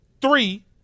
three